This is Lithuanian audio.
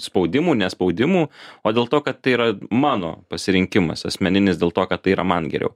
spaudimų ne spaudimų o dėl to kad tai yra mano pasirinkimas asmeninis dėl to kad tai yra man geriau